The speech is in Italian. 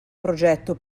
progetto